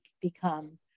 become